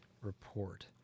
report